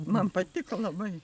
man patiko labai